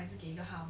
room